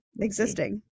existing